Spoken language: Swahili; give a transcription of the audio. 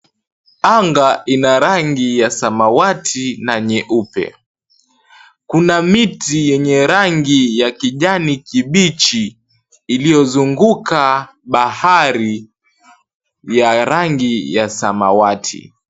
Anga ina rangi ya samawati na nyeupe. Kuna miti yenye rangi ya kijani kibichi iliozunguka bahari ya rangi ya samawati.